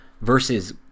versus